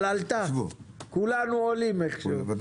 עלתה, ייבשה פה